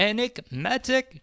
Enigmatic